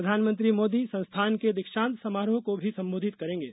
प्रधानमंत्री मोदी संस्थान के दीक्षांत समारोह को भी संबोधित करेंगे